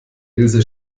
ilse